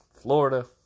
Florida